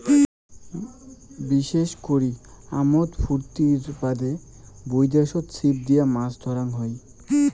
বিশেষ করি আমোদ ফুর্তির বাদে বৈদ্যাশত ছিপ দিয়া মাছ ধরাং হই